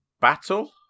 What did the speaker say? Battle